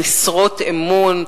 במשרות אמון,